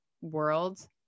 world